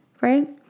right